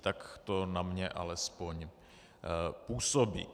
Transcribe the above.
Tak to na mě alespoň působí.